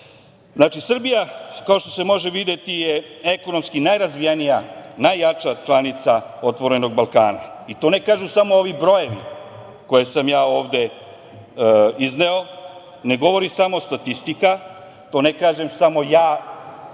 dolara. Znači, Srbija, kao što se može videti je ekonomski najrazvijenija, najjača članica „Otvorenog Balkana“ i to ne kažu samo ovi brojevi koje sam ja ovde izneo, ne govori samo statistika, to ne kažem samo ja i